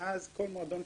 שאין שום תקנה בתחום הזה